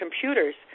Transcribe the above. computers